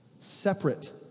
separate